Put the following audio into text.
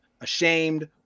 ashamed